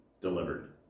delivered